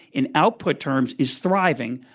in output terms, is thriving.